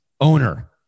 owner